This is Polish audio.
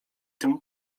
tym